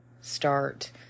start